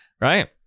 Right